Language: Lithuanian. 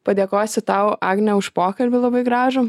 padėkosiu tau agne už pokalbį labai gražų